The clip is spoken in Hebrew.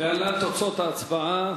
להלן תוצאות ההצבעה,